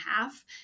half